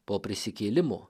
po prisikėlimo